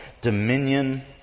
dominion